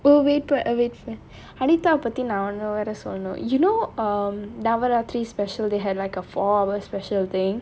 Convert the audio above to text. uh wait but I wait fi~ anita பத்தி நான் ஒன்னு சொல்லனும்:paththi naan onnu sollanum you know um Navaratri special they had like a four hour special thing